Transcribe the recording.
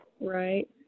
right